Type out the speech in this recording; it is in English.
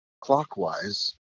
clockwise